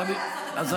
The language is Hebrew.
פעם ראשונה, שב,